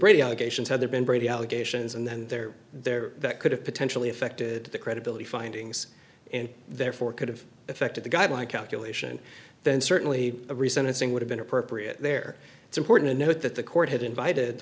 radio stations had there been brady allegations and then there there that could have potentially affected the credibility findings and therefore could have affected the guideline calculation then certainly a reason to sing would have been appropriate there it's important to note that the court had invited